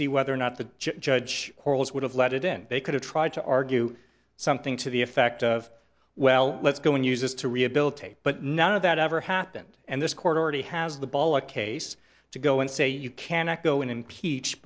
see whether or not the judge corals would have let it in they could have tried to argue something to the effect of well let's go and use this to rehabilitate but none of that ever happened and this court already has the ball a case to go and say you cannot go in